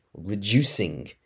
reducing